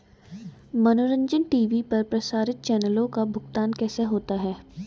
मनोरंजन टी.वी पर प्रसारित चैनलों का भुगतान कैसे होता है?